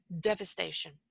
devastation